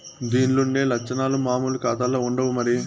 దీన్లుండే లచ్చనాలు మామూలు కాతాల్ల ఉండవు మరి